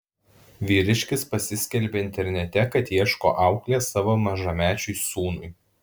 vyriškis pasiskelbė internete kad ieško auklės savo mažamečiui sūnui